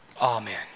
Amen